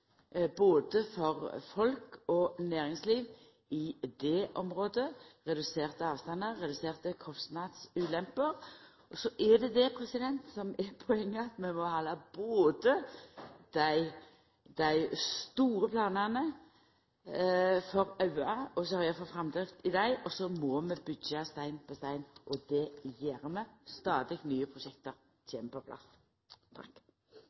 for både folk og næringsliv i det området, reduserte avstandar og reduserte kostnadsulemper. Så er det det som er poenget, at vi må ha både dei store planane for auga og sørgja for framdrift i dei, og så må vi byggja stein på stein. Det gjer vi. Stadig nye